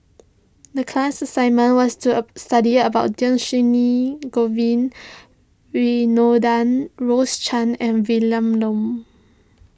the class assignment was to a study about Dhershini Govin Winodan Rose Chan and Vilma Laus